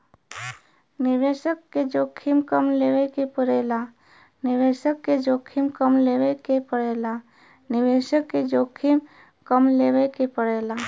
निवेसक के जोखिम कम लेवे के पड़ेला